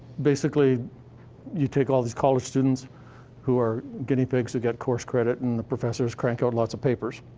basically you take all these college students who are guinea pigs who get course credit and the professors crank out lots of papers,